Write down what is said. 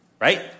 right